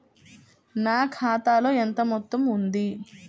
నా ఖాతాలో ఎంత మొత్తం ఉంది?